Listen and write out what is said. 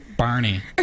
Barney